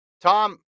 Tom